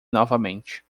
novamente